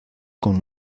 con